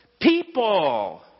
people